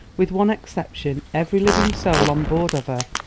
with one exception, every living soul on board of her,